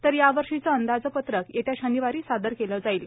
तर यावर्षीचं अंदाजपत्रक येत्या शनिवारी सादर केलं जाईल